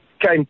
came